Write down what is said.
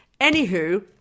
Anywho